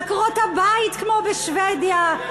עקרות-הבית כמו בשבדיה,